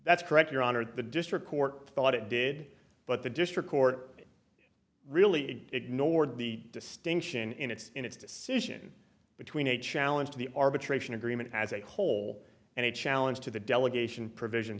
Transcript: that's correct your honor at the district court thought it did but the district court really ignored the distinction in its in its decision between a challenge to the arbitration agreement as a whole and a challenge to the delegation provision